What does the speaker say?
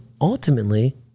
ultimately